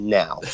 now